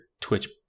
Twitch